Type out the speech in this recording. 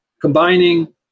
combining